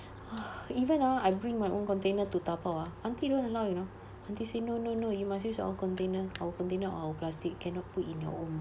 even ah I bring my own container to tapau ah aunty don't allow you know aunty say no no no you must use our container our container or our plastic cannot put in your own